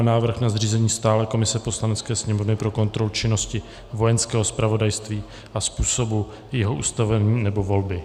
Návrh na zřízení stálé komise Poslanecké sněmovny pro kontrolu činnosti Vojenského zpravodajství a způsobu jejího ustavení nebo volby